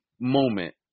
moment